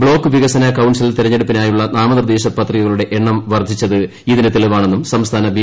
block വികസന council തെരഞ്ഞെടുപ്പിന്റായുളള നാമനിർദ്ദേശ പത്രികകളുടെ എണ്ണം വ്യൂര്യിച്ചത് ഇതിന് തെളിവാണെന്നും സംസ്ഥാന ബി